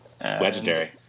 legendary